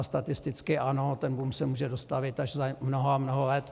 Statisticky ano, ten boom se může dostavit až za mnoho a mnoho let.